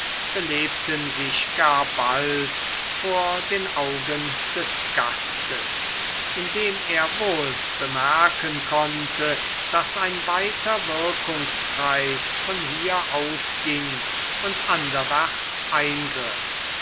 belebten sich gar bald vor den augen des gastes indem er wohl bemerken konnte daß ein weiter wirkungskreis von hier ausging und anderwärts eingriff